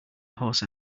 horse